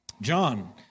John